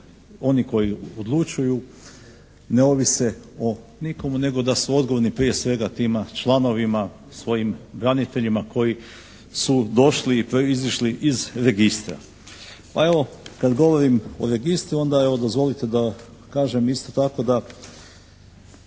oni koji odlučuju ne ovise o nikome nego da su odgovorni prije svega tima članovima, svojim braniteljima koji su došli i proizašli iz registra. Pa evo kad govorim o registru onda evo dozvolite da kažem isto tako da